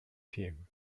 team